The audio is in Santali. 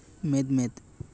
ᱢᱤᱫ ᱢᱤᱫ